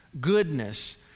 goodness